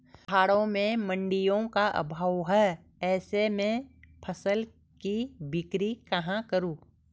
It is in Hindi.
पहाड़ों में मडिंयों का अभाव है ऐसे में फसल की बिक्री कहाँ करूँ?